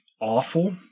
awful